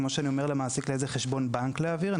כמו שאני אומר למעסיק לאיזה חשבון בנק להעביר את המשכורת,